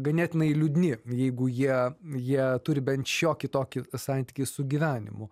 ganėtinai liūdni jeigu jie jie turi bent šiokį tokį santykį su gyvenimu